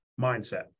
mindset